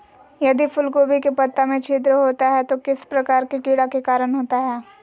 यदि फूलगोभी के पत्ता में छिद्र होता है तो किस प्रकार के कीड़ा के कारण होता है?